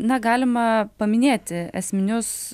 na galima paminėti esminius